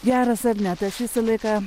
geras ar ne tai aš visą laiką